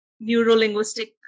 neuro-linguistic